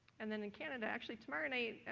and then in canada, actually tomorrow night,